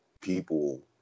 people